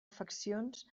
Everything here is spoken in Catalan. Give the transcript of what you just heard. afeccions